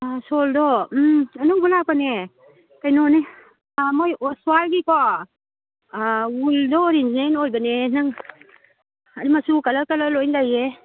ꯁꯣꯜꯗꯣ ꯎꯝ ꯑꯅꯧꯕ ꯂꯥꯛꯄꯅꯦ ꯀꯩꯅꯣꯅꯦ ꯃꯣꯏ ꯑꯣꯁꯋꯥꯔꯒꯤꯀꯣ ꯋꯤꯜꯗꯣ ꯑꯣꯔꯤꯖꯤꯅꯦꯜ ꯑꯣꯏꯕꯅꯦ ꯅꯪ ꯃꯆꯨ ꯀꯂꯔ ꯀꯂꯔ ꯂꯣꯏꯅ ꯂꯩꯌꯦ